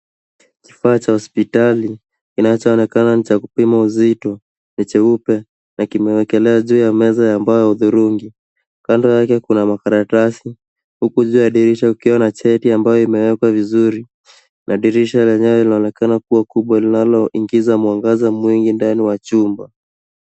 Kifaa cha hospitali kinachoonekana ni cha kupima uzito ni cheupe na kimewekelewa juu ya meza ya mbao wa hudhurungi. Kando yake kuna makaratasi. Huku juu ya dirisha kuna cheti iliyowekwa vizuri madirisha lenyewe linaonekana kuwa kubwa linaloingiza mwangaza mwingi ndani wa chumba.